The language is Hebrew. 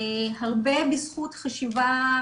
הרבה בזכות חשיבה,